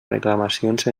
reclamacions